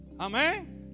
Amen